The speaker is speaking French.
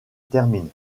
termine